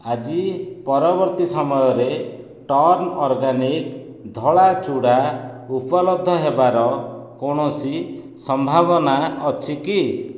ଆଜି ପରବର୍ତ୍ତୀ ସମୟରେ ଟର୍ଣ୍ଣ୍ ଅର୍ଗାନିକ୍ ଧଳା ଚୁଡ଼ା ଉପଲବ୍ଧ ହେବାର କୌଣସି ସମ୍ଭାବନା ଅଛି କି